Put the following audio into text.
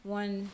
one